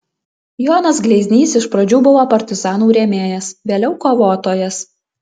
jonas gleiznys iš pradžių buvo partizanų rėmėjas vėliau kovotojas